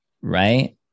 right